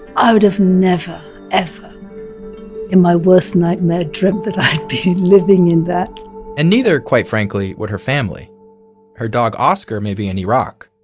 i would have never ever in my worst nightmare dreamt that i'd be living in that and neither, quite frankly, would her family her dog oscar may be in iraq,